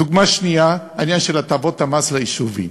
דוגמה שנייה, העניין של הטבות המס ליישובים.